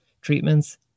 treatments